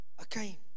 Okay